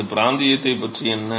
இந்த பிராந்தியத்தைப் பற்றி என்ன